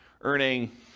earning